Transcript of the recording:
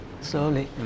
slowly